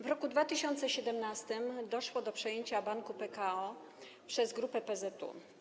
W roku 2017 doszło do przejęcia Banku Pekao przez grupę PZU.